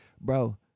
Bro